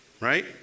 right